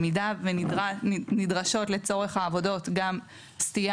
במידה ונדרשות לצורך העבודות גם סטייה